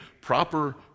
proper